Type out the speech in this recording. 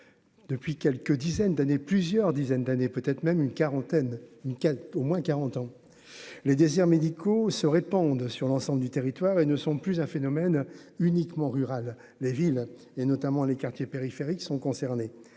depuis quelques dizaines d'années, plusieurs dizaines d'années, peut-être même une quarantaine, une au moins 40 ans les déserts médicaux se répondent, sur l'ensemble du territoire et ne sont plus un phénomène uniquement rurales, les villes et notamment les quartiers périphériques sont concernés,